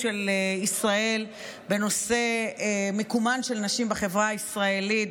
של ישראל בנושא מקומן של נשים בחברה הישראלית,